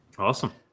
Awesome